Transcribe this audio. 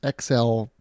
XL